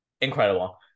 incredible